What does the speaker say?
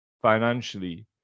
financially